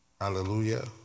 Hallelujah